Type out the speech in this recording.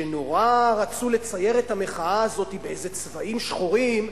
שנורא רצו לצייר את המחאה הזאת באיזה צבעים שחורים,